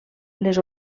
les